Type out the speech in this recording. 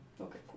Okay